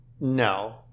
No